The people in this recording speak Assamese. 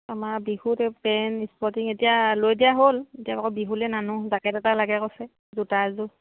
আমাৰ বিহুত পেণ্ট স্পটিং এতিয়া লৈ দিয়া হ'ল এতিয়া আকৌ বিহুলৈ নানো জেকেট এটা লাগে কৈছে জোতা এযোৰ